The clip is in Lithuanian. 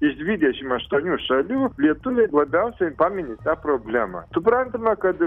iš dvidešimt aštuonių šalių lietuviai labiausiai pamini tą problemą suprantama kad